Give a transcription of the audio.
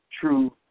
true